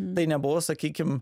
tai nebuvo sakykim